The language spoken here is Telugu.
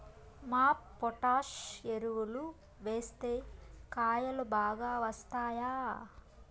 మాప్ పొటాష్ ఎరువులు వేస్తే కాయలు బాగా వస్తాయా?